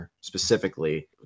specifically